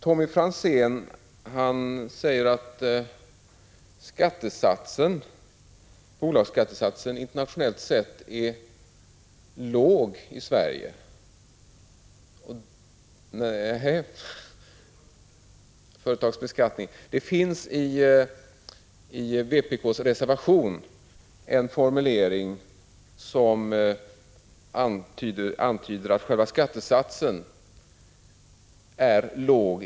Tommy Franzén sade att företagsbeskattningen i Sverige är låg, internationellt sett. Det finns i vpk:s reservation en formulering som antyder att själva skattesatsen är låg.